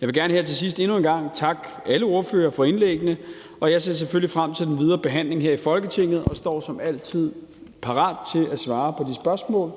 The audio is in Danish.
Jeg vil gerne her til sidst endnu en gang takke alle ordførere for indlæggene, og jeg ser selvfølgelig frem til den videre behandling her i Folketinget og står som altid parat til at svare på de spørgsmål,